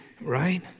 right